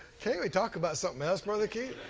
can't we talk about something else brother keith?